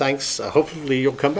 thanks hopefully you'll come